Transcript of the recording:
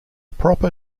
proper